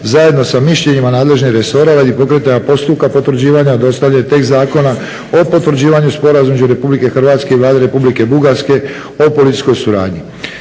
zajedno sa mišljenjima nadležnih resora radi pokretanja postupka potvrđivanja dostavlja tekst Zakona o potvrđivanju Sporazuma između Vlade Republike Hrvatske i Vlade Republike Bugarske o policijskoj suradnji.